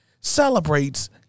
celebrates